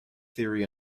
theory